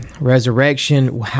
resurrection